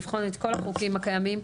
לבחון את כל החוקים הקיימים,